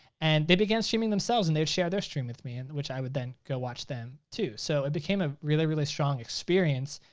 and they began streaming themselves and they would share their stream with me, and which i would then go watch them too. so it became a really really strong experience,